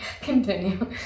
continue